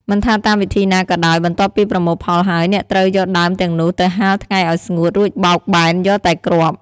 មិនថាតាមវិធីណាក៏ដោយ បន្ទាប់ពីប្រមូលផលហើយ អ្នកត្រូវយកដើមទាំងនោះទៅហាលថ្ងៃឲ្យស្ងួត រួចបោកបែនយកតែគ្រាប់។